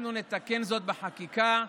אנחנו נתקן זאת בחקיקה,